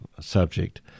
subject